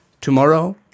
tomorrow